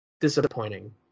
disappointing